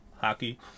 hockey